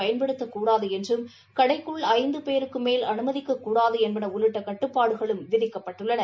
பயன்படுத்தக்கூடாது கடைக்குள் ஐந்து பேருக்கு மேல் அனுமதிக்கக்கூடாது உள்ளிட்ட கட்டுப்பாடுகள் விதிக்கப்பட்டுள்ளன